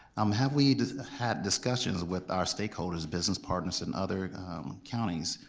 um have we had discussions with our stakeholders, business partners in other counties,